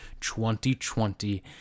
2020